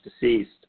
deceased